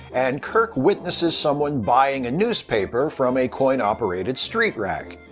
and kirk witnesses someone buying a newspaper from a coin-operated street rack.